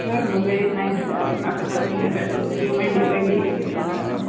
sir मुझे इतना इंतज़ार करना पसंद नहीं है पैसों के लिए मैं डे बाय डे ही करना चाहता हूँ